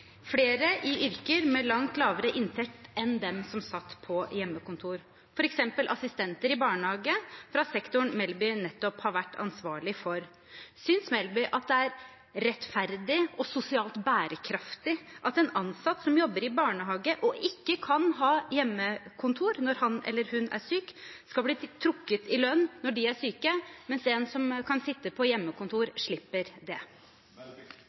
flere i yrker med langt lavere inntekt enn dem som satt på hjemmekontor, f.eks. assistenter i barnehage fra sektoren Melby nettopp har vært ansvarlig for. Syns Melby det er rettferdig og sosialt bærekraftig at en ansatt som jobber i barnehage og ikke kan ha hjemmekontor når han eller hun er syk, skal bli trukket i lønn når de er syke, mens en som kan sitte på hjemmekontor, slipper det?